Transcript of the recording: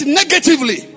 negatively